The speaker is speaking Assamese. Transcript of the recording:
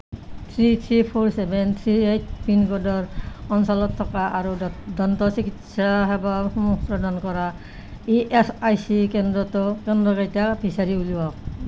three three four seven three eight পিনক'ডৰ অঞ্চলত থকা আৰু দন্ত চিকিৎসা সেৱাসমূহ প্ৰদান কৰা ই এচ আই চি কেন্দ্ৰকেইটা বিচাৰি উলিয়াওক